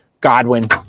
Godwin